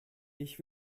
ich